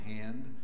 hand